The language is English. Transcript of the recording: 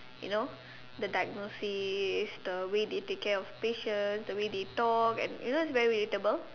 you know the diagnosis the way they take care of the patient the way they talk you know it's very relatable